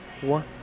One